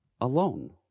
alone